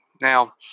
Now